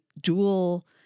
dual